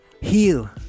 Heal